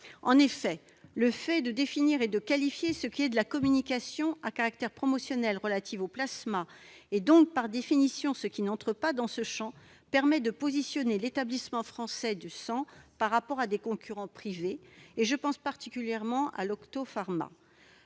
En effet, le fait de définir et de qualifier ce qui est de la communication à caractère promotionnel relative aux plasmas et, donc, par définition, ce qui n'entre pas dans ce champ permet de positionner l'Établissement français du sang- ou EFS -par rapport à des concurrents privés. Je pense particulièrement à Octapharma.